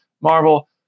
Marvel